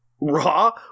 raw